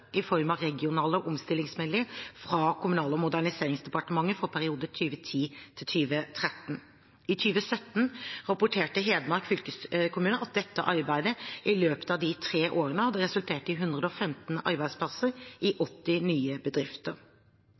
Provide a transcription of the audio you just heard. i form av regionale omstillingsmidler fra Kommunal- og moderniseringsdepartementet for perioden 2010–2013. I 2017 rapporterte Hedmark fylkeskommune at dette arbeidet i løpet av de tre årene hadde resultert i 115 arbeidsplasser i 80 nye bedrifter.